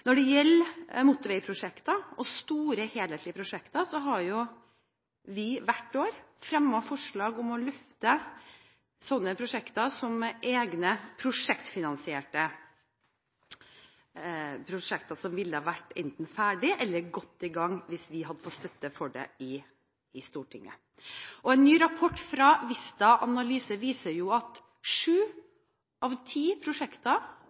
Når det gjelder motorveiprosjekter og store, helhetlige prosjekter, har vi hvert år fremmet forslag om å løfte sånne prosjekter som egne prosjektfinansierte prosjekter, som ville vært enten ferdig eller godt i gang hvis vi hadde fått støtte for det i Stortinget. En ny rapport fra Vista Analyse viser at syv av ti prosjekter